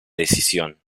decisión